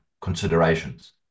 considerations